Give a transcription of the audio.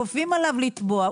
כופים עליו לתבוע,